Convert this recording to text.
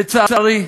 לצערי.